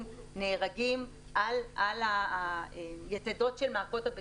נהרגים על היתדות של מעקות הבטיחות,